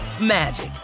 magic